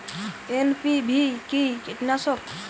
NPV কি কীটনাশক?